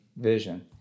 vision